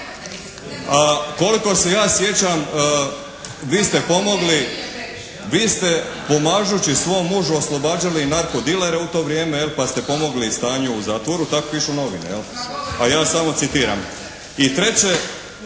Koliko se ja sjećam vi ste pomogli, vi ste pomažući svom mužu oslobađali i narko dilere u to vrijeme, jel pa ste pomogli i stanju u zatvoru. Tako pišu novine, a ja samo citiram. I treće.